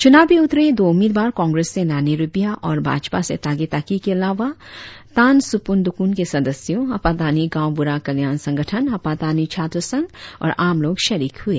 चुनाव में उतरे दो उम्मीदवार कांग्रेस से नानी रिबिया और भाजपा से तागे ताकी के अलावा तान सुपुन दुकून के सदस्यों आपातानी गाँव ब्रढ़ा कल्याण संगठन आपातानी छात्र संघ और आम लोग शरीक हुए